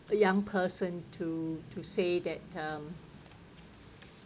a young person to to say that um